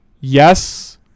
yes